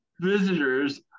visitors